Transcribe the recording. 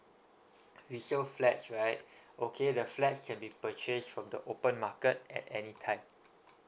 resale flats right okay the flats can be purchased from the open market at any time